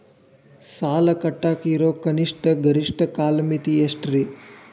ಸಾಲ ಕಟ್ಟಾಕ ಇರೋ ಕನಿಷ್ಟ, ಗರಿಷ್ಠ ಕಾಲಮಿತಿ ಎಷ್ಟ್ರಿ?